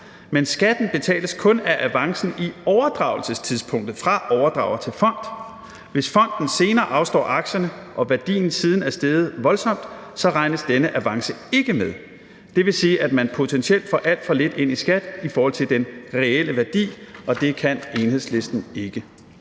Men skatten betales kun af avancen på overdragelsestidspunktet fra overdrageren til fonden. Hvis fonden senere afstår aktierne og værdien siden er steget voldsomt, regnes denne avance ikke med. Det vil sige, at man potentielt får alt for lidt ind i skat i forhold til den reelle værdi, og det kan Enhedslisten ikke